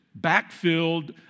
backfilled